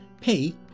Pay